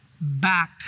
back